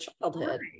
childhood